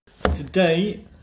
Today